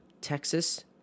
Texas